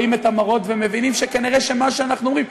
רואים את המראות ומבינים שכנראה מה שאנחנו אומרים,